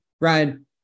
Ryan